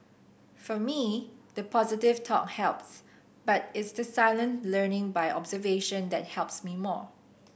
for me the positive talk helps but it's the silent learning by observation that helps me more